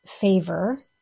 favor